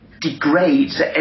degrades